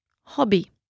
hobby